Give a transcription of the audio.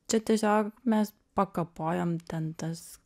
čia tiesiog mes pakapojom ten tas